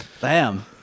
Bam